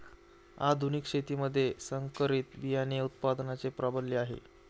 आधुनिक शेतीमध्ये संकरित बियाणे उत्पादनाचे प्राबल्य आहे